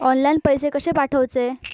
Online पैसे कशे पाठवचे?